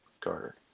Carter